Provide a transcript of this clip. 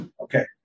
Okay